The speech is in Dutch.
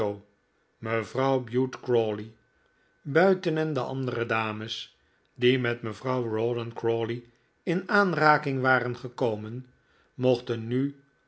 mevrouw bute crawley buiten en de andere dames die met mevrouw rawdon crawley in aanraking waren gekomen mochten nu